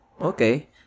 Okay